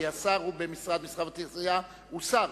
כי במשרד התעשייה והמסחר יש שר,